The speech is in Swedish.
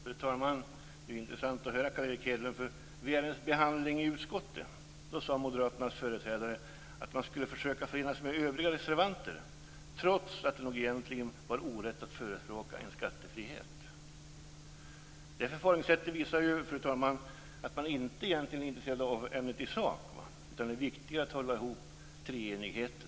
Fru talman! Det är intressant att höra vad Carl Erik Hedlund säger. Vid ärendets behandling i utskottet sade Moderaternas företrädare att man skulle försöka förena sig med övriga reservanter, trots att det nog egentligen inte var riktigt att förespråka en skattefrihet. Detta visar, fru talman, att man inte är intresserad av ämnet i sak utan att det viktiga är att hålla ihop treenigheten.